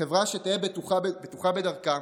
חברה שתהיה בטוחה בדרכה